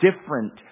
different